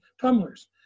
tumblers